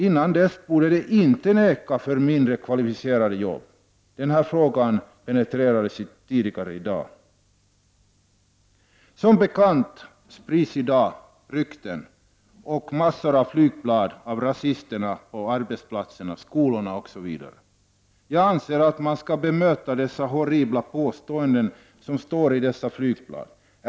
Innan dess borde de inte neka att ta mindre kvalificerade arbeten. Denna fråga penetrerades i debatten tidigare i dag. Som bekant sprids i dag rykten och en mängd flygblad av rasister på arbetsplatserna, skolorna, osv. Jag anser att de horribla påståenden som står att läsa i dessa flygblad skall bemötas.